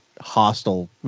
hostile